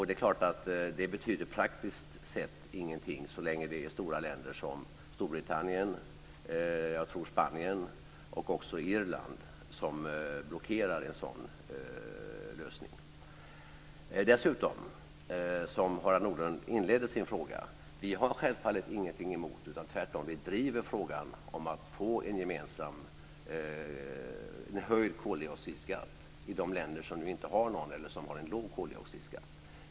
Det är klart att det betyder praktiskt sett ingenting så länge stora länder som Storbritannien och, tror jag, Spanien och också Irland blockerar en sådan lösning. Dessutom vill jag med tanke på hur Harald Nordlund inledde sin fråga säga att vi självfallet inte har någonting emot det här. Vi driver tvärtom frågan om att det ska bli en koldioxidskatt i de länder som nu inte har någon och en höjd skatt i de länder som har en låg koldioxidskatt.